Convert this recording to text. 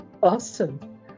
awesome